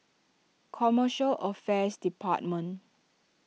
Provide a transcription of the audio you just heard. Commercial Affairs Department